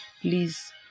please